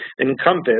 encompass